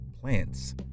plants